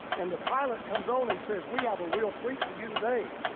and the pilot comes on and says, we have a real treat for you today.